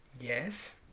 Yes